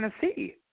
Tennessee